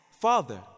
Father